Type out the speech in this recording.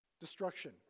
destruction